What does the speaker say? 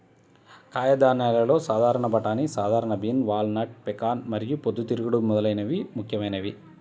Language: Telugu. కాయధాన్యాలలో సాధారణ బఠానీ, సాధారణ బీన్, వాల్నట్, పెకాన్ మరియు పొద్దుతిరుగుడు మొదలైనవి ముఖ్యమైనవి